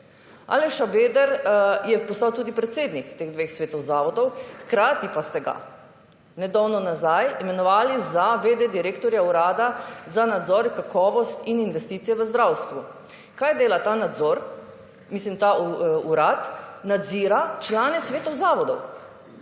Aleš Šabeder je postal tudi predsednik teh dveh svetov zavodov, hkrati pa ste ga ne davno nazaj imenovali za v. d. direktorja Urada za nadzor kakovost in investicije v zdravstvu. Kaj dela ta nadzor? Mislim, ta urad. Nadzira člane svetov zavodov.